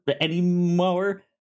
anymore